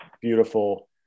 beautiful